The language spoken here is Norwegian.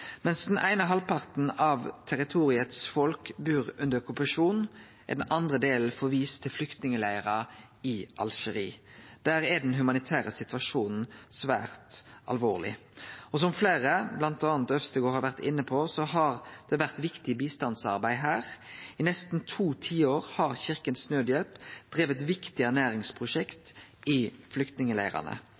Mens den eine halvparten av folket innanfor territoriet bur under okkupasjon, er den andre delen forvist til flyktningleirar i Algerie. Der er den humanitære situasjonen svært alvorleg. Som fleire, bl.a. Øvstegård, har vore inne på, har det vore viktig bistandsarbeid her. I nesten to tiår har Kirkens Nødhjelp drive viktige ernæringsprosjekt i